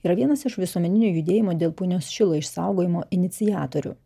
yra vienas iš visuomeninio judėjimo dėl punios šilo išsaugojimo iniciatorių